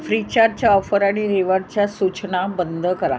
फ्रीचार्जच्या offer आणि रिवॉर्डच्या सूचना बंद करा